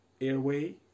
airway